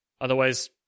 Otherwise